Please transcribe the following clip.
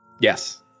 Yes